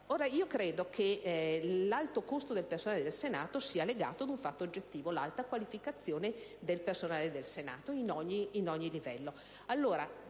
Io credo che l'alto costo del personale del Senato sia legato al fatto oggettivo dell'alta qualificazione del personale del Senato, ad ogni livello.